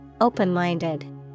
open-minded